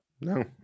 no